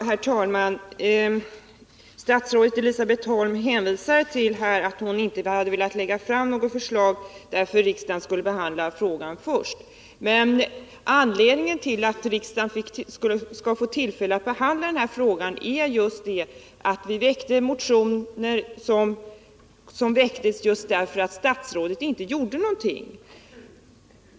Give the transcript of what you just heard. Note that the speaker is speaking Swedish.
Herr talman! Statsrådet Elisabet Holm framhöll att hon inte hade velat lägga fram något förslag, därför att riksdagen först skulle behandla frågan. Men anledningen till att vi väckte motioner var just att statsrådet inte gjorde någonting.